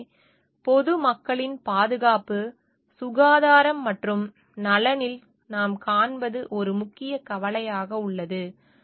எனவே பொதுமக்களின் பாதுகாப்பு சுகாதாரம் மற்றும் நலனில் நாம் காண்பது ஒரு முக்கிய கவலையாக உள்ளது